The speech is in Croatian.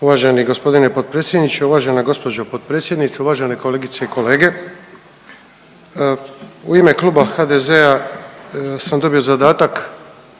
Uvaženi gospodine potpredsjedniče, uvažena gospođo potpredsjednice, uvažene kolegice i kolege, u ime Kluba HDZ-a sam dobio zadatak